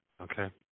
okay